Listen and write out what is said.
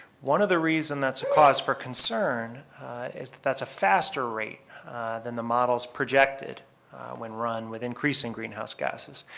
one of the reasons that's a cause for concern is that that's a faster rate than the models projected when run with increasing greenhouse gases.